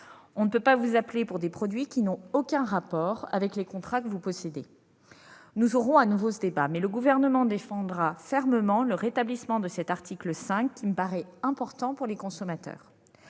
On ne peut pas vous appeler pour des produits qui n'ont aucun rapport avec les contrats que vous possédez. Nous aurons de nouveau ce débat, mais le Gouvernement défendra fermement le rétablissement de cet article qui me paraît important pour les consommateurs.